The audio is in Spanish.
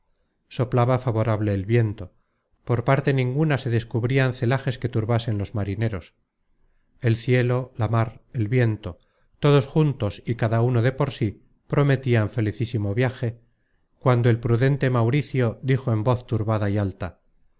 soplaba favorable el viento por parte ninguna se descubrian celajes que turbasen los marineros el cielo la mar el viento todos juntos y cada uno de por sí prometian felicísimo viaje cuando el prudente mauricio dijo en voz turbada y alta